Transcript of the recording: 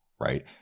right